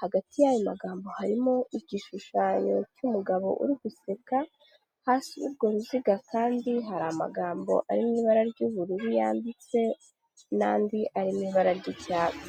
hagati yayo magambo harimo igishushanyo cy'umugabo uri guseka, hasi y'urwo ruziga kandi hari amagambo ari mu ibara ry'ubururu yanditse, n'andi ari mu ibara ry'icyatsi.